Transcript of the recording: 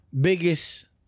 biggest